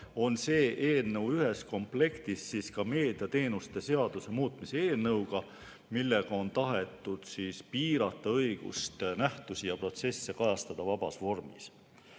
on see eelnõu ühes komplektis ka meediateenuste seaduse muutmise seaduse eelnõuga, millega on tahetud piirata õigust nähtusi ja protsesse vabas vormis